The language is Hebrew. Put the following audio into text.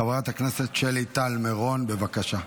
חברת הכנסת שלי טל מירון, בבקשה.